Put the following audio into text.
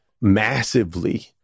massively